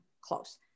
close